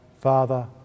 Father